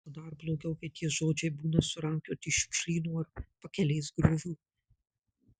o dar blogiau kai tie žodžiai būna surankioti iš šiukšlyno ar pakelės griovių